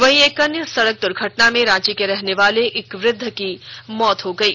वहीं एक अन्य सड़क दुर्घटना में रांची के रहनेवाले एक वृद्ध की मौत हो गयी